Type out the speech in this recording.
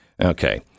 Okay